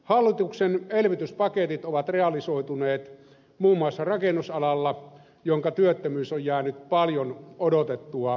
hallituksen elvytyspaketit ovat realisoituneet muun muassa rakennusalalla jonka työttömyys on jäänyt paljon odotettua pienemmäksi